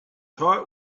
heart